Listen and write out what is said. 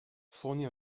fournit